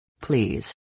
please